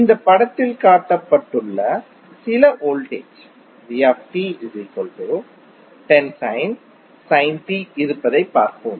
இந்த படத்தில் காட்டப்பட்டுள்ள சில வோல்டேஜ் இருப்பதைப் பார்ப்போம்